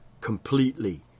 completely